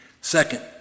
Second